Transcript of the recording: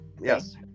Yes